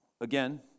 Again